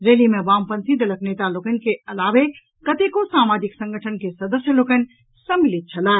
रैली मे वामपंथी दलक नेता लोकनि के अलावे कतेको सामाजिक संगठन के सदस्य लोकनि सम्मिलित छलाह